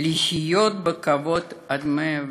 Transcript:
לחיות בכבוד עד מאה-ועשרים,